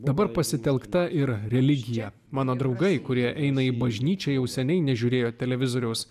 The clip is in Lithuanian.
dabar pasitelkta ir religija mano draugai kurie eina į bažnyčią jau seniai nežiūrėjo televizoriaus